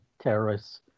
terrorists